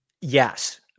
yes